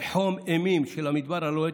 בחום אימים של המדבר הלוהט,